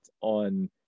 on